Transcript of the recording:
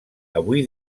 avui